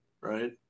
right